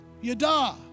Yada